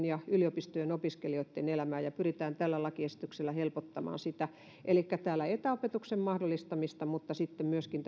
ja yliopistojen opiskelijoitten elämään ja tällä lakiesityksellä pyritään helpottamaan sitä elikkä täällä on etäopetuksen mahdollistaminen mutta sitten myöskin